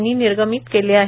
यांनी निर्गमित केले आहेत